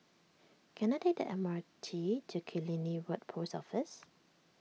can I take the M R T to Killiney Road Post Office